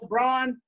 LeBron